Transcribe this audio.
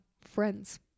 friends